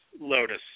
lotus